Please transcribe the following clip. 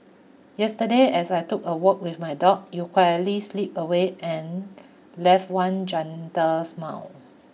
yesterday as I took a walk with my dog you quietly slipped away and left one gentle smile